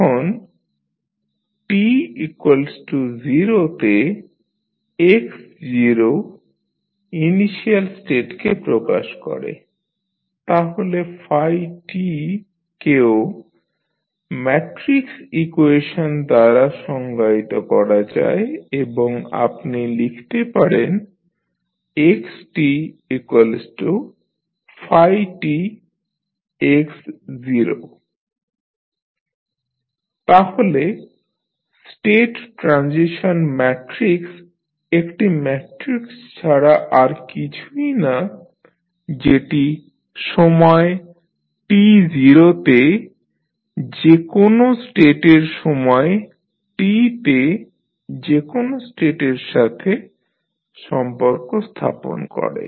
এখন যদি t0 তে x ইনিশিয়াল স্টেটকে প্রকাশ করে তাহলে t কেও ম্যাট্রিক্স ইকুয়েশন দ্বারা সংজ্ঞায়িত করা যায় এবং আপনি লিখতে পারেন xtφtx0 তাহলে স্টেট ট্রানজিশন ম্যাট্রিক্স একটি ম্যাট্রিক্স ছাড়া আর কিছুই না যেটি সময় t0 তে যে কোন স্টেটের সময় t তে যে কোন স্টেটের সাথে সম্পর্ক স্থাপন করে